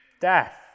Death